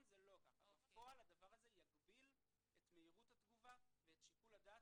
בפועל הדבר הזה יגביל את מהירות התגובה ואת שיקול הדעת